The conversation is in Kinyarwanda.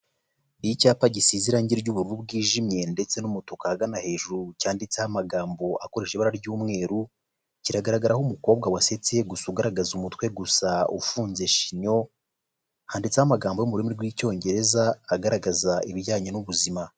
Icyapa gisize irangi ry'ubururu bwijimye ndetse n'umutuku ahagana hejuru cyanditseho amagambo akoresha ibara ry'umweru kiragaragaraho umukobwa wasetse gusa ugaragaza umutwe gusa ufunzeshinyo handitseho amagambo y'ururimi rw'icyongereza agaragaza ibijyanye n'ubuzima.